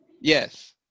Yes